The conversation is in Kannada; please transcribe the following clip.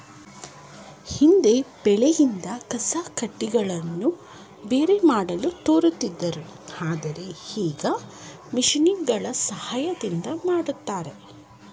ಹಿಂದೆ ಬೆಳೆಯಿಂದ ಕಸಕಡ್ಡಿಗಳನ್ನು ಬೇರೆ ಮಾಡಲು ತೋರುತ್ತಿದ್ದರು ಆದರೆ ಈಗ ಮಿಷಿನ್ಗಳ ಸಹಾಯದಿಂದ ಮಾಡ್ತರೆ